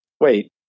wait